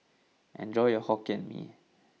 enjoy your Hokkien Mee